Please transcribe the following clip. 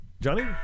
Johnny